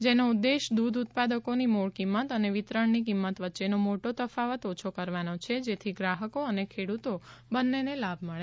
જેનો ઉદ્દેશ્ય દૂધ ઉત્પાદકોની મૂળ કિંમત અને વિતરણની કિંમત વચ્ચેનો મોટો તફાવત ઓછો કરવાનો છે જેથી ગ્રાહકો અને ખેડૂતો બંનેને લાભ મળે